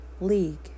League